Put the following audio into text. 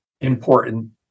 important